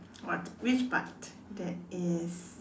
what which part that is